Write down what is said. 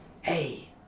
hey